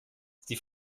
sie